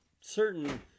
certain